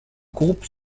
groupe